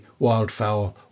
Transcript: wildfowl